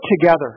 together